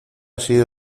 sido